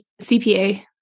CPA